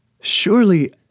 Surely